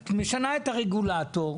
את משנה את הרגולטור.